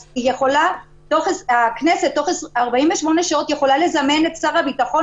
אז הכנסת יכולה תוך 48 שעות לזמן את שר הביטחון